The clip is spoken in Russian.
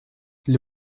для